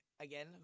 again